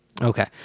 Okay